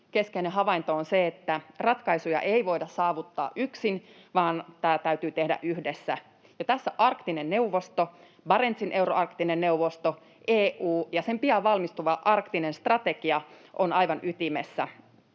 keskeinen havainto on se, että ratkaisuja ei voida saavuttaa yksin, vaan tämä täytyy tehdä yhdessä, ja tässä Arktinen neuvosto, Barentsin euroarktinen neuvosto, EU ja sen pian valmistuva arktinen strategia ovat aivan ytimessä